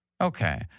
Okay